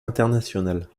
international